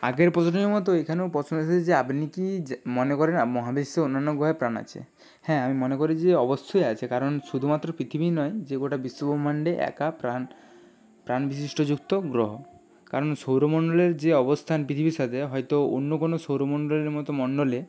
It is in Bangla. আগের প্রশ্নের মতই এখানেও প্রশ্ন এসেছে আপনি কী যে মনে করেন মহাবিশ্ব অন্যান্য গ্রহে প্রাণ আছে হ্যাঁ আমি মনে করি যে অবশ্যই আছে কারণ শুধুমাত্র পৃথিবীই নয় যে গোটা বিশ্বব্রহ্মাণ্ডে একা প্রাণ প্রাণ বিশিষ্ট যুক্ত গ্রহ কারণ সৌরমন্ডলের যে অবস্থান পৃথিবীর সাথে হয়তো অন্য কোনো সৌরমন্ডলীর মতো মন্ডলে